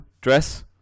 dress